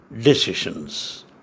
decisions